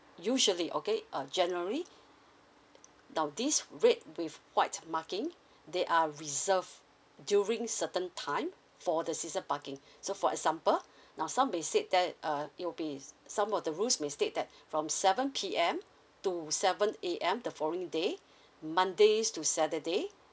usually okay uh january now this red with white marking they are reserved during certain time for the season parking so for example now some may state that uh it will be some of the rules may state that from seven P_M to seven A_M the following day mondays to saturday